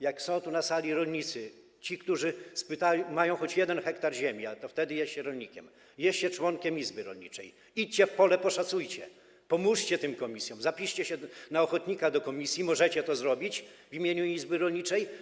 Jeśli są tu na sali rolnicy, ci, którzy mają choć 1 ha ziemi, a to wtedy jest się rolnikiem, jest się członkiem izby rolniczej: Idźcie w pole, poszacujcie, pomóżcie tym komisjom, zapiszcie się na ochotnika do komisji, możecie to zrobić w imieniu izby rolniczej.